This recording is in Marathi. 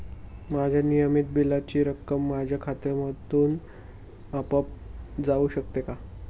माझ्या नियमित बिलाची रक्कम माझ्या खात्यामधून आपोआप जाऊ शकते का?